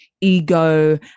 ego